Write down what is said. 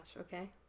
Okay